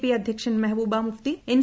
P അധ്യക്ഷൻ Mehbooba Mufti N